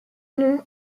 nom